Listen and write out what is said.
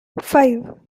five